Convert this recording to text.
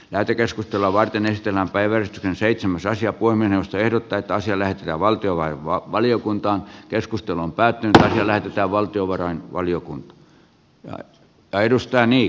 lähetekeskustelua varten yhtenä päivänä seitsemäs asia kuin minä ehdot täyttää sille ja valtiolaivaa valiokuntaa keskustelun päättyneen sillä että arvoisa puhemies